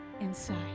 inside